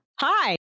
hi